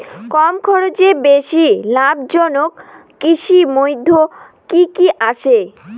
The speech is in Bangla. কম খরচে বেশি লাভজনক কৃষির মইধ্যে কি কি আসে?